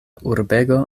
urbego